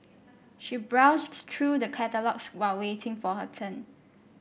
she browsed through the catalogues while waiting for her turn